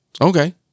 Okay